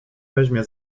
weźmie